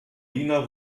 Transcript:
wiener